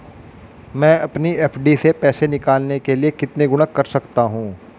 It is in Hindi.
मैं अपनी एफ.डी से पैसे निकालने के लिए कितने गुणक कर सकता हूँ?